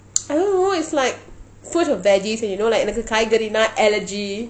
I don't know it's like fruits and veggies and you know there's a காய்கறி:kaikari nut allergy